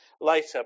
later